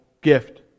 gift